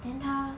then 她